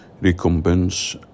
recompense